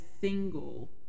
single